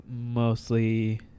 mostly